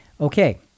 Okay